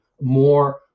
more